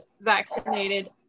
vaccinated